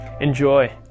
Enjoy